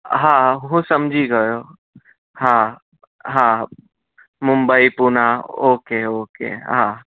હા હું સમજી ગયો હા હા મુંબઈ પુના ઓકે ઓકે હા